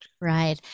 Right